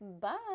Bye